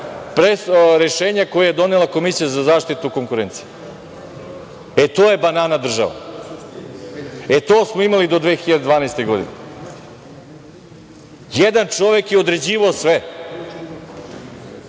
rešenja koje je donela Komisija za zaštitu konkurencije, to je banana država. To smo imali do 2012. godine. Jedan čovek je određivao sve